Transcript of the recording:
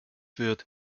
wird